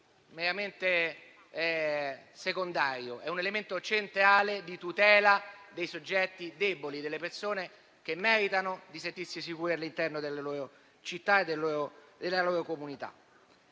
fattore secondario, ma è un elemento centrale di tutela dei soggetti deboli, delle persone che meritano di sentirsi sicure all'interno delle loro città e della loro comunità.